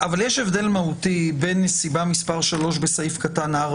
אבל יש הבדל מהותי בין נסיבה מספר 3 בסעיף קטן (4)